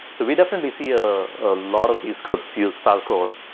we definitely see a ah lot of these scripts use falcor.